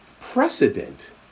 Precedent